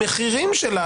המחירים שלה,